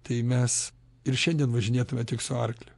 tai mes ir šiandien važinėtume tik su arkliu